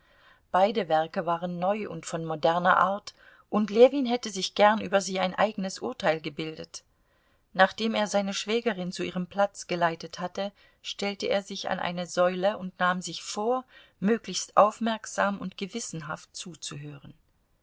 beide werke waren neu und von moderner art und ljewin hätte sich gern über sie ein eigenes urteil gebildet nachdem er seine schwägerin zu ihrem platz geleitet hatte stellte er sich an eine säule und nahm sich vor möglichst aufmerksam und gewissenhaft zuzuhören